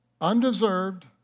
undeserved